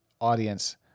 audience